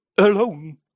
Alone